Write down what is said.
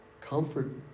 Comfort